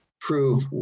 prove